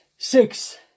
Six